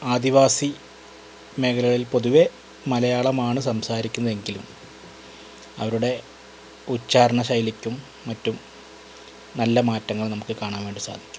ആദിവാസി മേഖലകളിൽ പൊതുവെ മലയാളമാണ് സംസാരിക്കുന്നത് എങ്കിലും അവരുടെ ഉച്ചാരണ ശൈലിക്കും മറ്റും നല്ല മാറ്റങ്ങൾ നമുക്ക് കാണാൻ വേണ്ടി സാധിക്കും